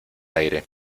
aire